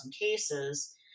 cases